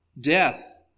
Death